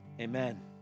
Amen